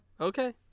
okay